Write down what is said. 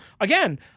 again